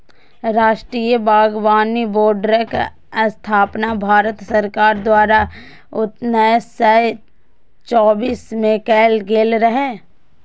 राष्ट्रीय बागबानी बोर्डक स्थापना भारत सरकार द्वारा उन्नैस सय चौरासी मे कैल गेल रहै